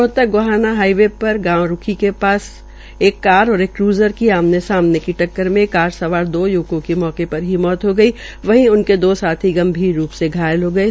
Rohtak Gohana highway गांव रूखी के एक कार और एक क्र्ज़र के आमने सामने की टक्कर में कार सवार दो युवकों की मौके पर ही मौत हो गई वहीं उनके दो साथी गंभीर रूप से घायल हो गये